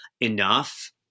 enough